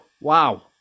Wow